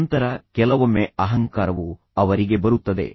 ನಂತರ ಕೆಲವೊಮ್ಮೆ ಅಹಂಕಾರವು ಅವರಿಗೆ ಬರುತ್ತದೆ